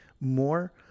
more